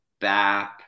BAP